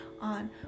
on